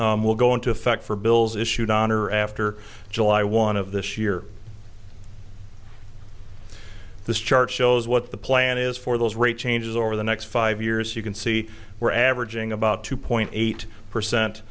will go into effect for bills issued on or after july one of this year this chart shows what the plan is for those rate changes over the next five years you can see we're averaging about two point eight percent